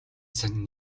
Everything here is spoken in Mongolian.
зан